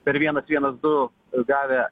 per vienas vienas du gavę